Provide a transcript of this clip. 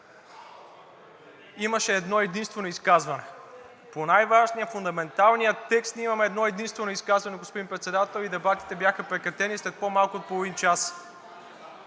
имаше едно-единствено изказване. По най-важния, фундаменталния текст ние имаме едно- единствено изказване, господин Председател, и дебатите бяха прекратени след по-малко от половин час.